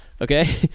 Okay